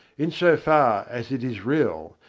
in so far as it is real,